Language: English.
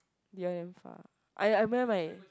Dion damn far I I meant my